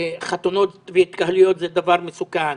שחתונות והתקהלויות זה דבר מסוכן,